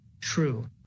true